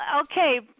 okay